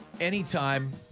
anytime